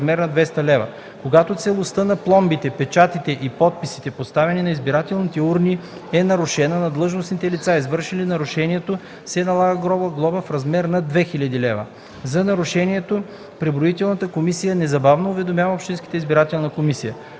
Когато целостта на пломбите, печатите и подписите, поставени на избирателните урни е нарушена, на длъжностните лица, извършили нарушението, се налага глоба в размер на 5000 лв. За нарушението преброителната комисия незабавно уведомява общинската избирателна комисия.